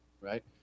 Right